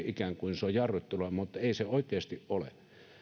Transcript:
ikään kuin se olisi jarruttelua mutta ei se oikeasti ole